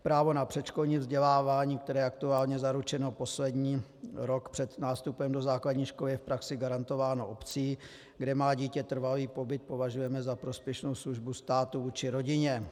Právo na předškolní vzdělávání, které je aktuálně zaručeno poslední rok před nástupem do základní školy, je v praxi garantováno obcí, kde má dítě trvalý pobyt, považujeme za prospěšnou službu státu vůči rodině.